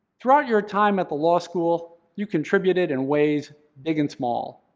throughout your time at the law school, you contributed in ways, big and small.